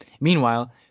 Meanwhile